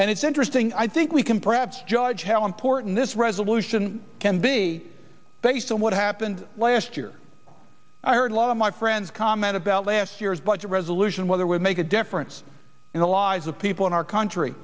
it's interesting i think we can perhaps judge how important this resolution can be based on what happened last year i heard a lot of my friends comment about last year's budget resolution whether we make a difference in the lives of people in our country